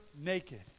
naked